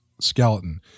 skeleton